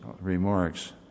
remarks